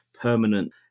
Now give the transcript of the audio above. permanent